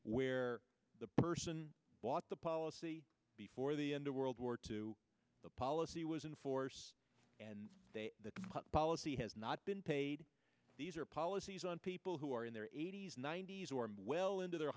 where the person bought the policy before the end of world war two the policy was in force and that policy has not been paid these are policies on people who are in their eighty's ninety's or well into their